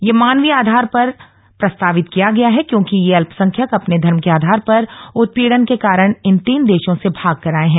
यह मानवीय आधार पर प्रस्तावित किया गया है क्योंकि ये अल्पसंख्यक अपने धर्म के आधार पर उत्पीड़न के कारण इन तीन देशों से भाग कर आये हैं